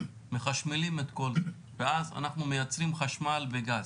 מחשמלים את כל זה, ואז אנחנו מייצרים חשמל בגז,